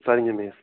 சரிங்க மிஸ்